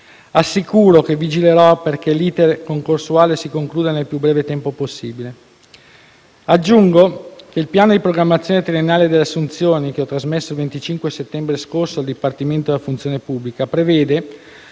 Assicuro che vigilerò perché l'*iter* concorsuale si concluda nel più breve tempo possibile. Aggiungo che il piano di programmazione triennale delle assunzioni, che ho trasmesso il 25 settembre scorso al Dipartimento della funzione pubblica, prevede,